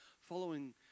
following